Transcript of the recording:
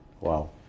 Wow